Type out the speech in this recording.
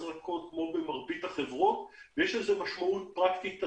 כמו במרבית החברות ויש לזה משמעות פרקטית עצומה,